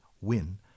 win